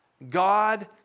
God